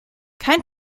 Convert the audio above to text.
kein